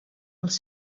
als